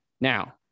Now